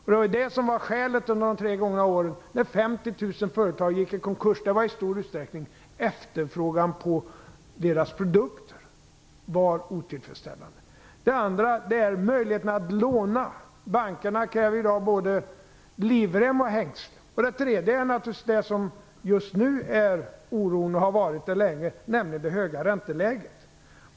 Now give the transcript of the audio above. Skälet till att 50 000 företag gick i konkurs under de gångna tre åren var ju i stor utsträckning att efterfrågan på deras produkter var otillfredsställande. Det andra problemet är möjligheten att låna. Bankerna kräver i dag både livrem och hängslen. Det tredje problemet är naturligtvis det som just nu är oroande, och som har varit det länge, nämligen det höga ränteläget.